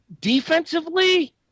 Defensively